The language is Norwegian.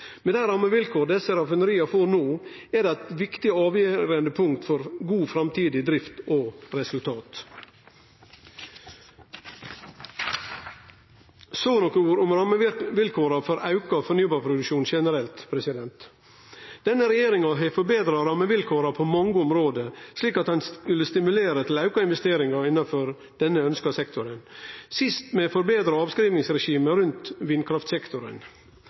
Med dei rammevilkåra desse raffineria får no, er det eit viktig og avgjerande punkt for god framtidig drift og resultat. Så nokre ord om rammevilkåra for auka fornybarproduksjon generelt. Denne regjeringa har forbetra rammevilkåra på mange område, slik at ein skulle stimulere til auka investeringar innanfor denne ønskte sektoren, sist med forbetra avskrivingsregime rundt vindkraftsektoren.